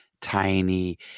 tiny